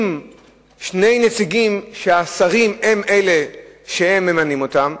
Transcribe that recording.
עם שני נציגים שהשרים הם אלה שממנים אותם,